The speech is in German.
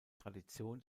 tradition